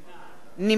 נמנע